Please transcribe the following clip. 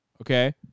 Okay